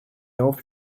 off